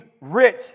rich